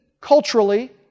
culturally